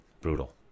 brutal